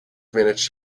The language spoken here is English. managed